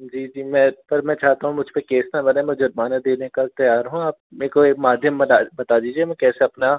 जी जी मैं पर मैं चाहता हूँ मुझपे केस न बने मैं जुर्माना देने का तैयार हूँ मेरे को माध्यम बता दीजिए मैं कैसे आपको अपना